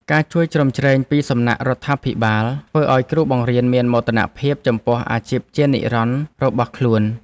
ការជួយជ្រោមជ្រែងពីសំណាក់រដ្ឋាភិបាលធ្វើឱ្យគ្រូបង្រៀនមានមោទនភាពចំពោះអាជីពជានិរន្តរ៍របស់ខ្លួន។